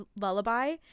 Lullaby